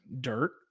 dirt